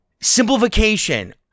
simplification